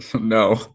No